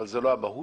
אבל זאת לא המהות,